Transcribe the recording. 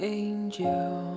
angel